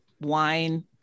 wine